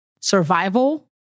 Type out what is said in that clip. survival